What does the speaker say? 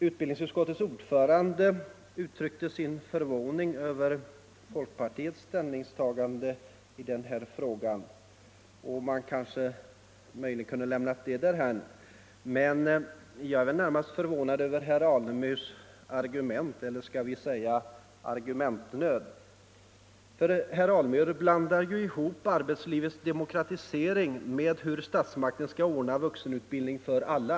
Utbildningsutskottets ordförande uttryckte sin förvåning över folkpartiets ställningstagande i denna fråga. Jag kunde kanske ha lämnat det därhän, men jag vill ändå säga att jag är närmast förvånad över herr Alemyrs argument — eller skall vi säga argumentnöd. Herr Alemyr blandar ihop arbetslivets demokratisering med frågan hur statsmakterna skall 63 ordna vuxenutbildning för alla.